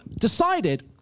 decided